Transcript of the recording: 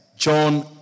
John